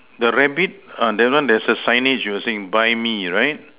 the rabbit uh that one there's a signage you were saying buy me right